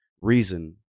reason